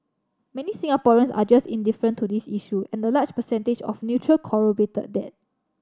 many Singaporeans are just indifferent to this issue and the large percentage of neutral corroborated that